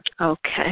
Okay